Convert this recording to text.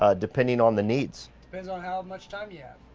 ah depending on the needs. depends on how much time yeah